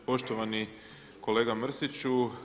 Poštovani kolega Mrsiću.